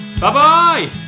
Bye-bye